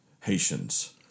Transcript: Haitians